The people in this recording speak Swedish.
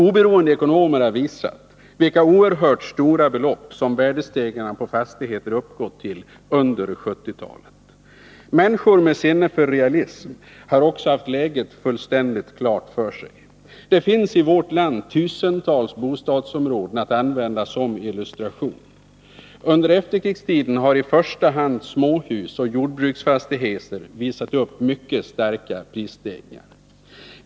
Oberoende ekonomer har visat vilka oerhört stora belopp som värdestegringarna på fastigheter uppgått till under 1970-talet. Människor med sinne för realism har också haft läget fullständigt klart för sig. Det finns i vårt land tusentals bostadsområden att använda som illustration. Under efterkrigstiden har i första hand småhus och jordbruksfastigheter visat upp mycket kraftiga prisstegringar.